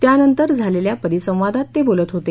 त्यानंतर झालेल्या परिसंवादात ते बोलत होते